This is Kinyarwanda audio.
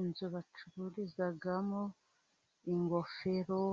Inzu bacururizamo ingofero,